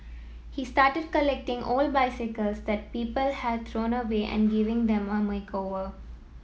he started collecting old bicycles that people had thrown away and giving them a makeover